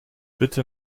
bitte